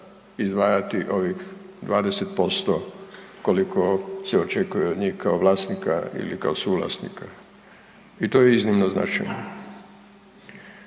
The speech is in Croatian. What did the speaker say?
izdvajati ovih 20% koliko se očekuje od njih kao vlasnika ili suvlasnika i to je iznimno značajno.